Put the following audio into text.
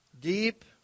Deep